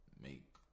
make